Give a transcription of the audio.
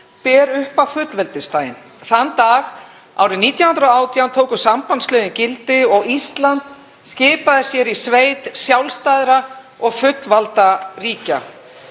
ber upp á fullveldisdaginn. Þann dag árið 1918 tóku sambandslögin gildi og Ísland skipaði sér í sveit sjálfstæðra og fullvalda ríkja.